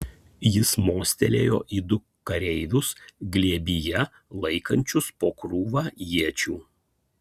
jis mostelėjo į du kareivius glėbyje laikančius po krūvą iečių